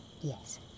Yes